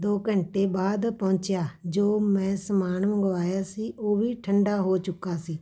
ਦੋ ਘੰਟੇ ਬਾਅਦ ਪਹੁੰਚਿਆ ਜੋ ਮੈਂ ਸਮਾਨ ਮੰਗਵਾਇਆ ਸੀ ਉਹ ਵੀ ਠੰਢਾ ਹੋ ਚੁੱਕਾ ਸੀ